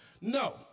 No